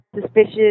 suspicious